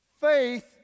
Faith